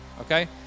okay